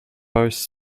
boasts